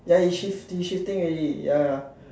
ya he shift he shifting already ya ya